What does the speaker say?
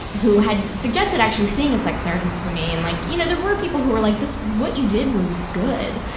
who had suggested actually seeing a sex therapist to me. and like, you know, there were people who were like, this, what you did was good!